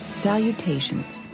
Salutations